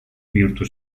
bihurtu